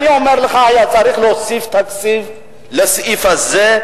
אני אומר לך: היה צריך להוסיף לסעיף הזה,